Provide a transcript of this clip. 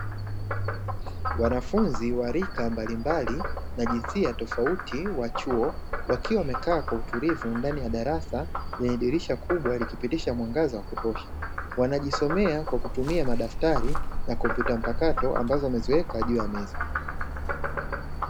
Wanafunzi wa rika mbalimbali na jinsia tofauti wa chuo. Wakiwa wamekaa kwa utulivu ndani ya darasa lenye dirisha kubwa likipitisha mwangaza wa kutosha. Wanajisomea kwa kutumia madaftari na kompyuta mpakato ambazo wameziweka juu ya meza.